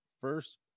First